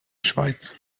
schweiz